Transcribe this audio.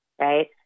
right